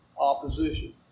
opposition